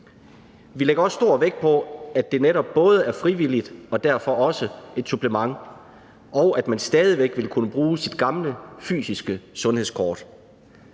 Vi lægger også stor vægt på, at det netop både er frivilligt og derfor også et supplement, og at man stadig væk vil kunne bruge sit gamle fysiske sundhedskort.